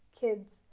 kids